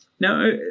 Now